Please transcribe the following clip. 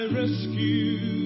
rescue